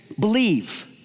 believe